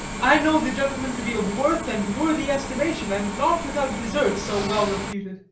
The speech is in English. i know the gentleman to be of worth and worthy estimation, and not without desert so well reputed.